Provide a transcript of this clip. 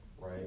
right